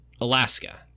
Alaska